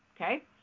Okay